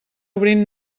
obrint